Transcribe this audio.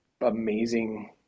amazing